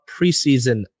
preseason